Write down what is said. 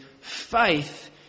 faith